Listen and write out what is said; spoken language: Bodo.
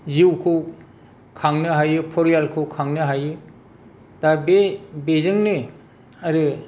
जिउखौ खांनो हायो फरियालखौ खांनो हायो दा बे बोजोंनो आरो